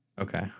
Okay